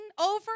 over